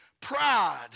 Pride